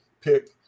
pick